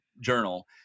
Journal